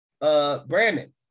Brandon